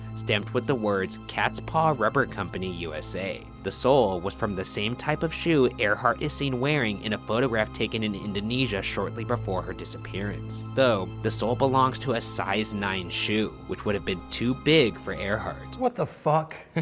stamped with the words cat's paw rubber company, usa. the sole was from the same type of shoe earhart is seen wearing in a photograph taken in indonesia shortly before her disappearance. though, the sole belongs to a size nine shoe, which would have been too big for earhart. what the fuck?